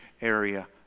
area